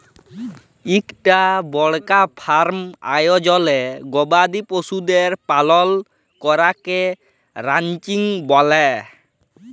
ইকটা বড়কা ফার্ম আয়জলে গবাদি পশুদের পালল ক্যরাকে রানচিং ব্যলে